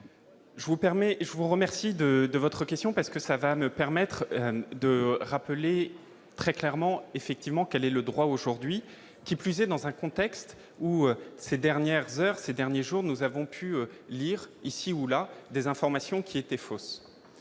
je vous remercie de de votre question parce que ça va me permettre de rappeler très clairement effectivement quel est le droit aujourd'hui, qui plus est dans un contexte où ces dernières heures, ces derniers jours, nous avons pu lire ici ou là des informations qui étaient fausses,